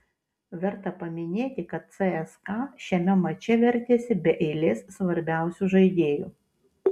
verta paminėti kad cska šiame mače vertėsi be eilės svarbiausių žaidėjų